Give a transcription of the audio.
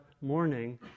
morning